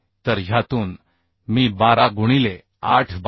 तर ह्यातून मी 12 गुणिले 8 12